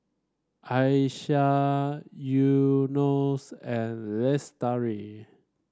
Aisyah Yunos and Lestari